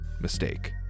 mistake